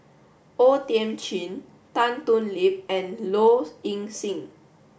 O Thiam Chin Tan Thoon Lip and Low Ing Sing